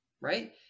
right